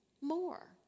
more